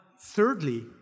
thirdly